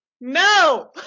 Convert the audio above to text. no